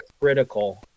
critical